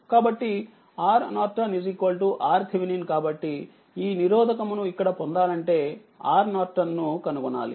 కాబట్టి RN RTh కాబట్టిఈ నిరోధకము ను ఇక్కడ పొందాలంటేRNను కనుగొనాలి